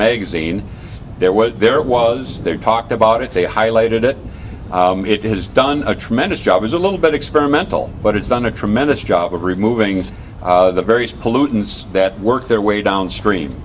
magazine there was there was there talked about it they highlighted it it has done a tremendous job is a little bit experimental but it's done a tremendous job of removing the various pollutants that work their way downstre